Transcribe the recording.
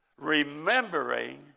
remembering